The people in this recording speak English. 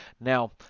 now